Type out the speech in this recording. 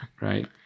Right